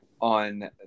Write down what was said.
on